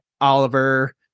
Oliver